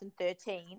2013